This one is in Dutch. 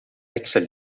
heksen